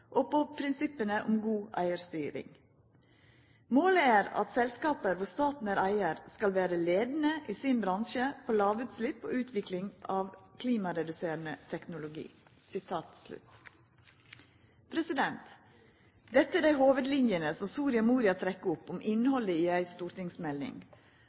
og på prinsippene om god eierstyring. Målet er at selskaper hvor staten er eier skal være ledende i sin bransje på lavutslipp og utvikling av klimareduserende teknologi.» Dette er dei hovudlinjene som Soria Moria trekkjer opp om